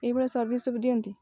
ଏଭଳି ସର୍ଭିସ୍ ସବୁ ଦିଅନ୍ତି